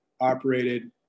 operated